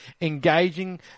engaging